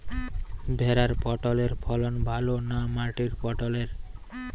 ভেরার পটলের ফলন ভালো না মাটির পটলের?